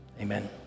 Amen